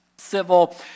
civil